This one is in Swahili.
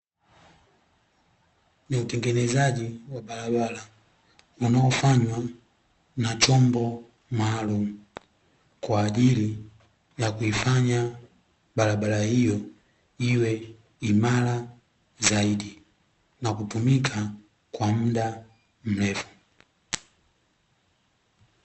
Ni utengenezaji wa barabara unaofanywa na chombo maalumu kwa ajili ya kuifanya barabara hiyo iwe imara zaidi na kutumika kwa muda mrefu.